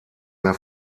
mehr